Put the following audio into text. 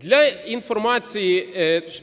Для інформації